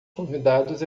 convidados